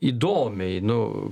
įdomiai nu